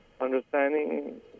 understanding